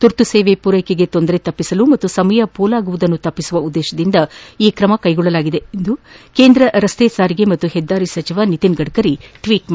ತುರ್ತು ಸೇವೆಗಳ ಪೂರೈಕೆಗೆ ತೊಂದರೆ ತಪ್ಪಿಸಲು ಮತ್ತು ಸಮಯ ಪೋಲಾಗುವುದನ್ನು ತಡೆಯುವ ಉದ್ದೇಶದಿಂದ ಈ ಕ್ರಮ ಕೈಗೊಳ್ಳಲಾಗಿದೆ ಎಂದು ಕೇಂದ್ರ ರಸ್ತೆ ಸಾರಿಗೆ ಮತ್ತು ಹೆದ್ದಾರಿಗಳ ಸಚಿವ ನಿತಿನ್ ಗಡ್ಕರಿ ಟ್ವೀಟ್ ಮಾಡಿದ್ದಾರೆ